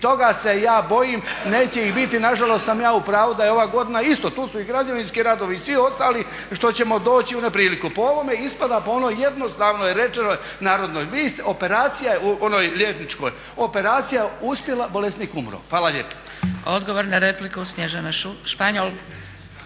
toga se ja bojim, neće ih biti, nažalost sam ja u pravu da je ova godina isto, tu su i građevinski radovi i svi ostali što ćemo doći u nepriliku. Po ovome ispada, pa ono jednostavno je rečeno po narodnoj, onoj liječničkoj, operacija uspjela bolesnik umro. Hvala lijepa. **Zgrebec, Dragica (SDP)** Odgovor na repliku Snježana Španjol.